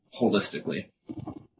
holistically